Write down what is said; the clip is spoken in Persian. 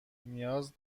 نیاز